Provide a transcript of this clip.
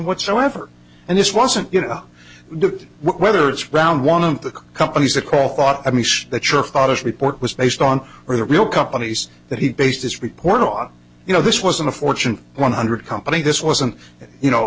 whatsoever and this wasn't you know do it whether it's round one of the companies that call thought i mean that your father's report was based on or the real companies that he based his report on you know this wasn't a fortune one hundred company this wasn't you know